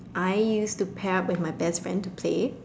I used to pair up with my best friend to play